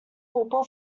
football